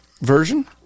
version